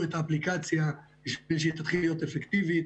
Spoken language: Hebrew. את האפליקציה בשביל שהיא תתחיל להיות אפקטיבית,